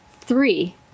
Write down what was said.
three